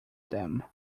them